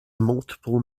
multiple